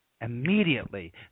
immediately